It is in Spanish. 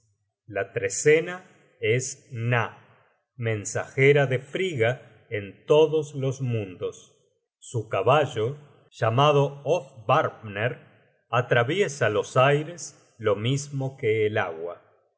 la trecena es gna mensajera de frigga en todos los mundos su caballo llamado hofvarpner atraviesa los aires lo mismo que el agua